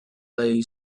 lay